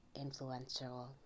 influential